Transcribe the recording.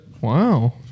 Wow